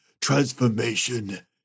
transformation